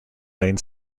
lane